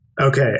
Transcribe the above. Okay